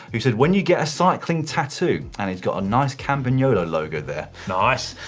who says, when you get a cycling tattoo, and he's got a nice campagnolo logo there. nice.